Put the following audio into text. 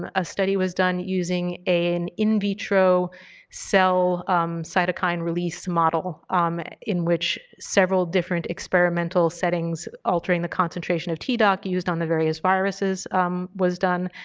um a study was done using an invitro cell cytokine release model in which several different experimental settings altering the concentration of tdoc used on the various viruses was done.